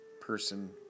person